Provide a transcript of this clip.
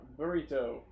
Burrito